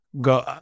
go